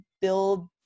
build